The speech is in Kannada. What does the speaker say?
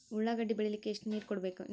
ಉಳ್ಳಾಗಡ್ಡಿ ಬೆಳಿಲಿಕ್ಕೆ ಎಷ್ಟು ನೇರ ಕೊಡಬೇಕು?